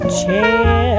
chair